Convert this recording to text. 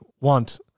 want